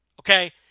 okay